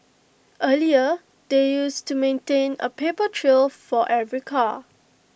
earlier they used to maintain A paper trail for every car